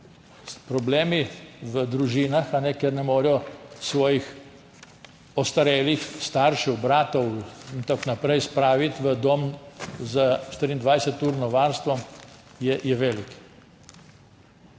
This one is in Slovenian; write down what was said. Problem v družinah, kjer ne morejo svojih ostarelih staršev, bratov in tako naprej spraviti v dom s 24-urnim varstvom, je velik.